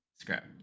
Scrap